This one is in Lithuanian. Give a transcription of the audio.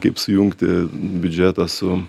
kaip sujungti biudžetą su